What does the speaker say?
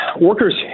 workers